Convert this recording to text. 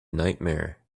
nightmare